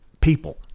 people